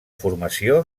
formació